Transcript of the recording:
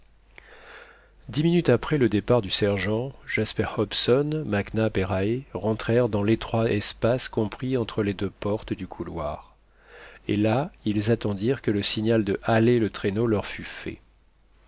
dix minutes après le départ du sergent jasper hobson mac nap et rae rentrèrent dans l'étroit espace compris entre les deux portes du couloir et là ils attendirent que le signal de haler le traîneau leur fût fait